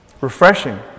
refreshing